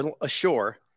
ashore